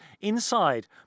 inside